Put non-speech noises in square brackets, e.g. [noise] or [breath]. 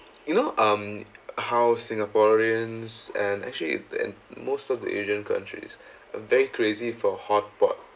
you know um how singaporeans and actually and most of the asian countries [breath] they crazy for hotpot